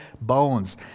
bones